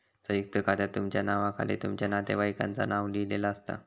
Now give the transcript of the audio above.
संयुक्त खात्यात तुमच्या नावाखाली तुमच्या नातेवाईकांचा नाव लिहिलेला असता